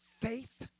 Faith